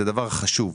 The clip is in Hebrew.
זה דבר חשוב,